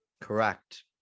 Correct